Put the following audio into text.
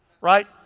Right